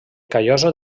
callosa